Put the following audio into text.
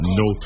no